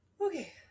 Okay